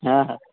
હા હા